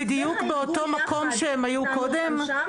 שם -- הם בדיוק באותו מקום שהם היו קודם?